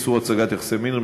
איסור הצגת יחסי מין,